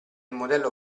modello